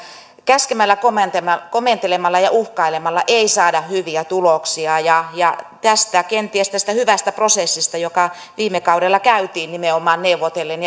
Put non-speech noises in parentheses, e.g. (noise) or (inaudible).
käskemällä komentelemalla komentelemalla ja uhkailemalla ei saada hyviä tuloksia ja ja kenties tästä hyvästä prosessista joka viime kaudella käytiin nimenomaan neuvotellen (unintelligible)